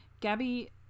gabby